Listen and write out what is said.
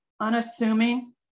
unassuming